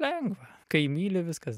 lengva kai myli viskas